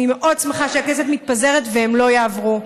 אני מאוד שמחה שהכנסת מתפזרת והם לא יעברו.